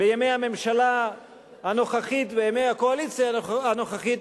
בימי הממשלה הנוכחית ובימי הקואליציה הנוכחית,